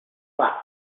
luck